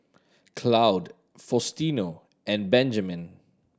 Claude Faustino and Benjamen